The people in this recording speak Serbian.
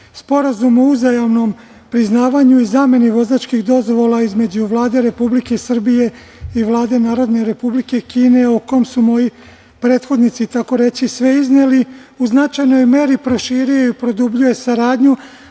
Sporazum o uzajamnom priznavanju i zameni vozačkih dozvola između Vlade Republike Srbije i Vlade Narodne Republike Kine, o kom su moji prethodnici tako reći sve izneli. U značajnoj meri proširuje, produbljuje saradnju,